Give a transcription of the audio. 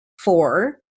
four